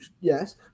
yes